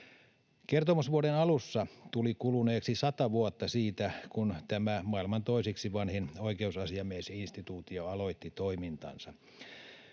Kertomusvuoden alussa tuli kuluneeksi 100 vuotta siitä, kun tämä maailman toiseksi vanhin oikeusasiamiesinstituutio aloitti toimintansa.